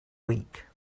week